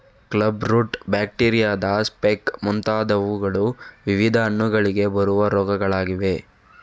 club root, ಬ್ಯಾಕ್ಟೀರಿಯಾದ speck ಮುಂತಾದವುಗಳು ವಿವಿಧ ಹಣ್ಣುಗಳಿಗೆ ಬರುವ ರೋಗಗಳಾಗಿವೆ